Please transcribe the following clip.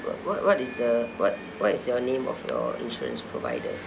what what what is the what what is the name of your insurance provider